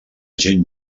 gent